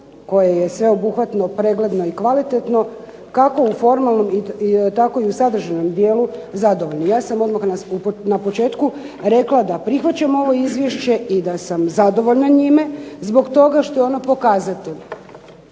koje je sveobuhvatno, pregledno i kvalitetno kako u formalnom tako i u sadržajnom dijelu zadovoljni. Ja sam odmah na početku rekla da prihvaćamo ovo izvješće i da sam zadovoljna njime zbog toga što je ono pokazatelj